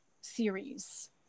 series